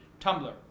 Tumblr